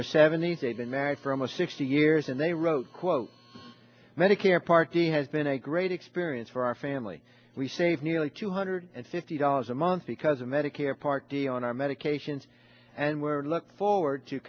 their seventies they've been married for almost sixty years and they wrote quote medicare part d it has been a great experience for our family we save nearly two hundred and fifty dollars a month because of medicare part d on our medications and we're look forward to